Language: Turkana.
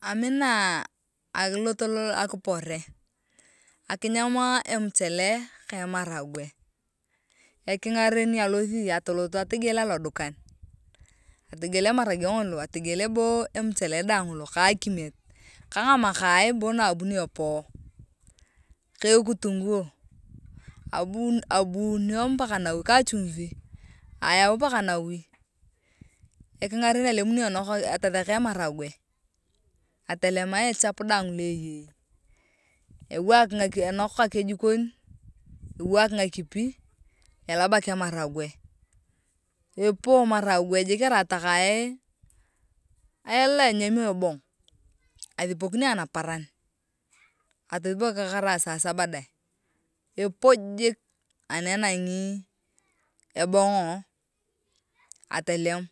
Aminaa akilot loaoa akiporo akinyam emchele ke emoroge ekingaren alothi atolot atogiel mono alodukan atagiel emaragwe ngolo atogiel bo emchele dae ngolo ka akimiet ka ngamakaa boo na abuni boo epoo ka ekitunguo abunio paka nawi ayau ekingaren alemuni atatheka emaragwe atolema echap daang lo eyei ewaak enokak ejikon ewaak ngakipi elabak emaragwe epoo emaragwe jik arai takae lo enyamio ebong athipokini ayong naparan atothipok karai saa saba dae epooo jik ani enangi ebongo atolemu